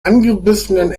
angebissenen